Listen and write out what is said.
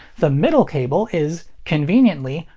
the middle cable is, conveniently,